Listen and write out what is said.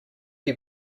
you